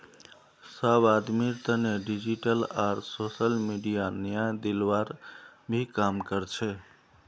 सब आदमीर तने डिजिटल आर सोसल मीडिया न्याय दिलवार भी काम कर छे